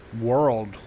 world